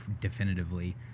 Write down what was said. definitively